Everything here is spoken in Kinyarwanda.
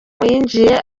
yinjiye